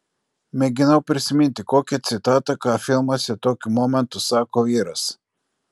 mėginau prisiminti kokią citatą ką filmuose tokiu momentu sako vyras